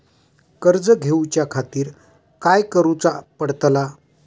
कर्ज घेऊच्या खातीर काय करुचा पडतला?